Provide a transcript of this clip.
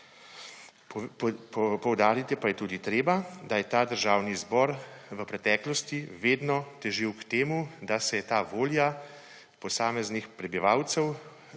Poudariti pa je tudi treba, da je ta državni zbor v preteklosti vedno težil k temu, da se je ta volja posameznih prebivalcev,